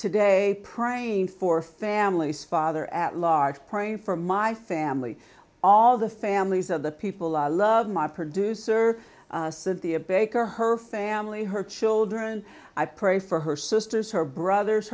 today praying for families father at large praying for my family all the families of the people i love my producer cynthia baker her family her children i pray for her sisters her brothers